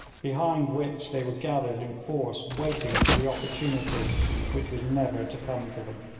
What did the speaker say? behind which they were gathered in force, waiting for the opportunity which was never to come to them.